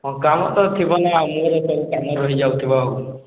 ହଁ କାମ ତ ଥିବ ନା ମୋର ସବୁ କାମ ରହି ଯାଉଥିବ ଆଉ